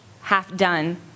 half-done